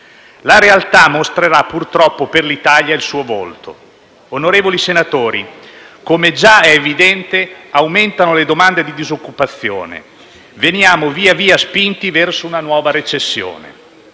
La realtà mostrerà, purtroppo per l'Italia, il suo volto. Onorevoli senatori, come già è evidente, aumentano le domande di disoccupazione. Veniamo via via spinti verso una nuova recessione